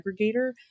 aggregator